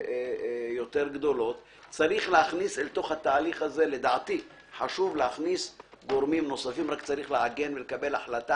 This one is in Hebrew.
שבכוונתו להעסיק במפעל ויקבל את חוות דעתו בדבר התאמתו לנהיגת כלי הרכב